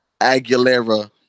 Aguilera